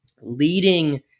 leading